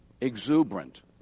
exuberant